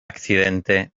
accidente